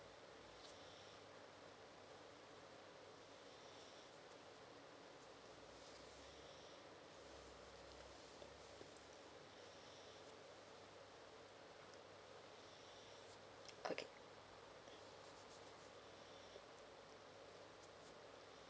okay